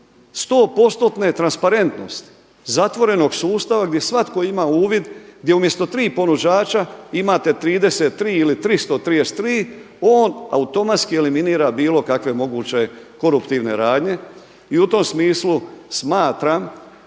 100%-ne transparentnosti zatvorenog sustava gdje svatko ima uvid gdje umjesto tri ponuđača imate 33 ili 333 on automatski eliminira bilo kakve moguće koruptivne radnje. I u tom smislu smatram